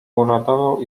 uradował